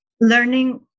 learning